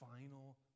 final